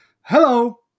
Hello